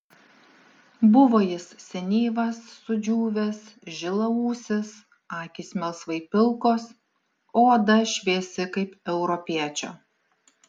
buvo jis senyvas sudžiūvęs žilaūsis akys melsvai pilkos o oda šviesi kaip europiečio